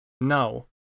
now